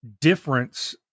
difference